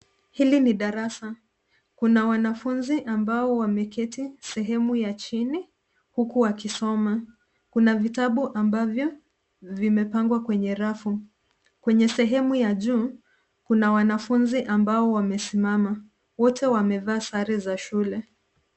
Hili ni darasa, kuna wanafunzi ambao wameketi sehemu ya chini huku wakisoma. Kuna vitabu ambavyo vimepangwa kwenye rafu. Kwenye sehemu ya juu, kuna wanafunzi ambao wamesimama. Wote wamevaa sare za shule.